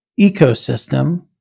ecosystem